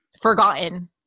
forgotten